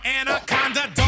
anaconda